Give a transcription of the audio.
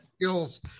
skills